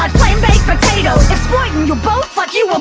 plain baked potatoes. exploiting you both like you